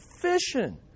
fishing